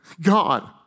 God